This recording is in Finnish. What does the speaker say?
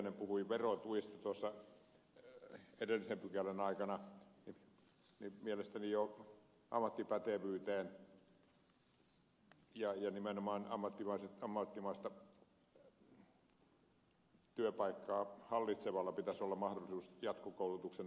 pulliainen puhui verotuista edellisen pykälän aikana niin mielestäni jo ammattipätevyyden ja nimenomaan ammattimaisen työpaikan hallitsevalla pitäisi olla mahdollisuus jatkokoulutuksen osalta koulutuskustannusten verovähennysoikeuteen